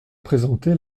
présenter